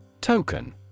Token